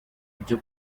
byo